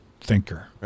thinker